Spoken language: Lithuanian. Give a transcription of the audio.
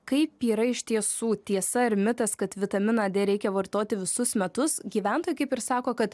kaip yra iš tiesų tiesa ir mitas kad vitaminą d reikia vartoti visus metus gyventojai kaip ir sako kad